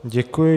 Děkuji.